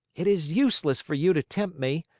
it is useless for you to tempt me!